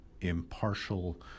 impartial